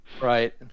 Right